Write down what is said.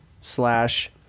slash